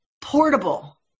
portable